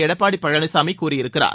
எடப்பாடி பழனிசாமி கூறியிருக்கிறார்